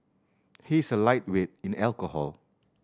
he is a lightweight in alcohol